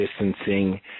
distancing